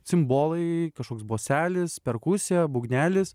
cimbolai kažkoks boselis perkusija būgnelis